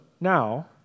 now